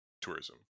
tourism